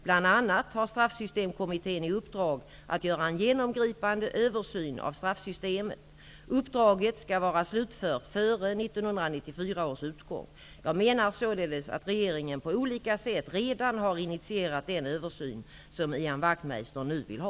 Bl.a. har Straffsystemkommittén i uppdrag att göra en genomgripande översyn av straffsystemet. Uppdraget skall vara slutfört före 1994 års utgång. Jag menar således att regeringen på olika sätt redan har initierat den översyn som Ian Wachtmeister nu vill ha.